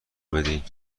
بدین